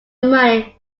money